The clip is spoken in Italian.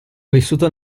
vissuto